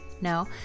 No